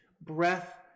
breath